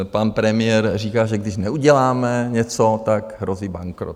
Pan premiér říká, že když neuděláme něco, tak hrozí bankrot.